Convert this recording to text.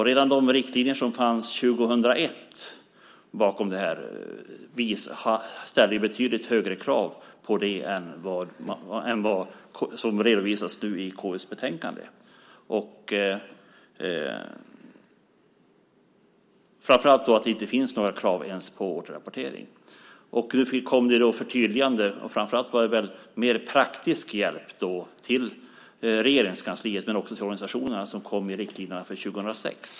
Redan i de riktlinjer som fanns 2001 ställdes det betydligt högre krav på detta än vad som nu redovisas i KU:s betänkande. Det handlar framför allt om att det inte finns några krav ens på återrapportering. Nu kom det ett förtydligande, framför allt var det en mer praktisk hjälp till Regeringskansliet men också till organisationerna, i riktlinjerna för 2006.